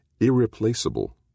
Irreplaceable